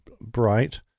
bright